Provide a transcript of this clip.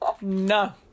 No